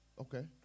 Okay